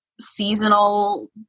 seasonal